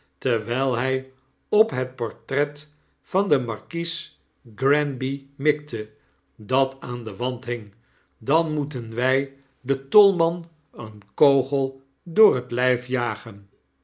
terwyl hy op het portret van den markies granby mikte dataan den wand hing dan moeten wy den tolman een kogel door zyn lyf jagen